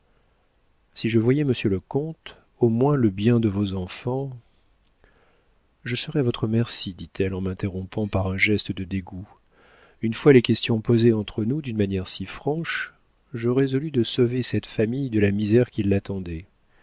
si je voyais monsieur le comte au moins le bien de vos enfants je serais à votre merci dit-elle en m'interrompant par un geste de dégoût une fois les questions posées entre nous d'une manière si franche je résolus de sauver cette famille de la misère qui l'attendait